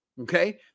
okay